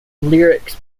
lyrics